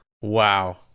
Wow